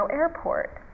airport